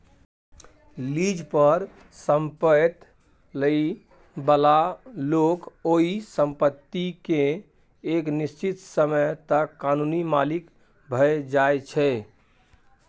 lease पर संपैत लइ बला लोक ओइ संपत्ति केँ एक निश्चित समय तक कानूनी मालिक भए जाइ छै